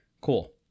Cool